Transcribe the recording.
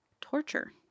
torture